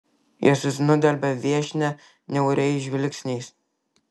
jos vis nudelbia viešnią niauriais žvilgsniais